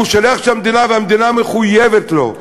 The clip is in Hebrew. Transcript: הוא שליח של המדינה והמדינה מחויבת לו,